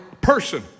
person